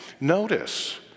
Notice